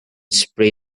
spray